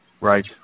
Right